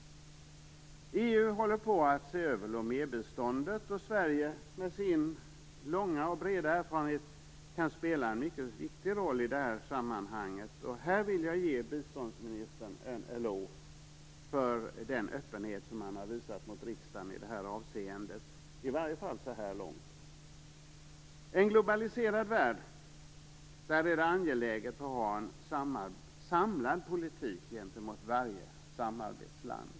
EU håller på att se över Lomébiståndet, och Sverige kan med sin långa och breda erfarenhet spela en mycket viktig roll i det sammanhanget. Jag vill här ge biståndsministern en eloge för den öppenhet han visat riksdagen i det här avseendet, i varje fall så här långt. I en globaliserad värld är det angeläget att ha en samlad politik gentemot varje samarbetsland.